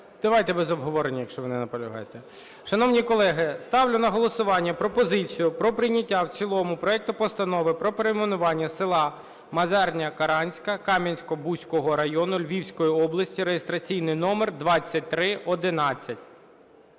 Давайте без обговорення, якщо ви не наполягаєте. Шановні колеги, ставлю на голосування пропозицію про прийняття в цілому проекту Постанови про перейменування села Мазарня-Каранська Кам'янка-Бузького району Львівської області, (реєстраційний номер 2311).